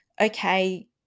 okay